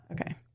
Okay